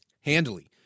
Handily